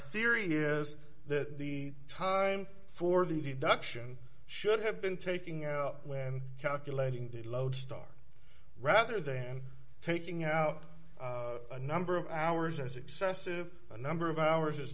is that the time for the deduction should have been taking out when calculating the lodestar rather than taking out a number of hours as excessive a number of hours is